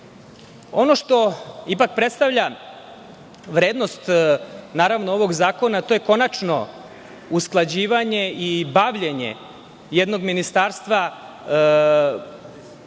što ipak predstavlja vrednost ovog zakona, to je konačno usklađivanje i bavljenje jednog ministarstva,